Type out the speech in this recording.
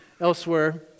elsewhere